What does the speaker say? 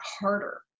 harder